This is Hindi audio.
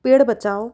पेड़ बचाओ